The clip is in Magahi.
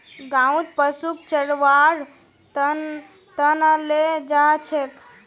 गाँउत पशुक चरव्वार त न ले जा छेक